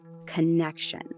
connection